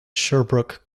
sherbrooke